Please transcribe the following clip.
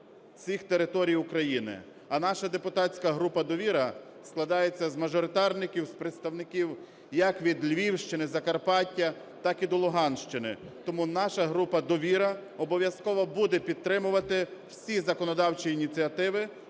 всіх територій України. А наша депутатська група "Довіра" складається з мажоритарників, з представників як від Львівщини, Закарпаття, так і до Луганщини. Тому наша група "Довіра" обов'язково буде підтримувати всі законодавчі ініціативи,